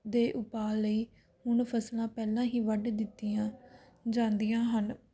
ਦੇ ਉਪਾਅ ਲਈ ਹੁਣ ਫਸਲਾਂ ਪਹਿਲਾਂ ਹੀ ਵੱਢ ਦਿੱਤੀਆਂ ਜਾਂਦੀਆਂ ਹਨ